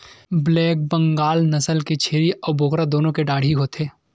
black Bengal नसल के छेरी अउ बोकरा दुनो के डाढ़ही होथे